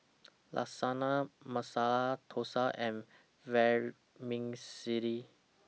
Lasagna Masala Dosa and Vermicelli